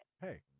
Hey